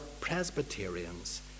Presbyterians